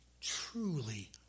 truly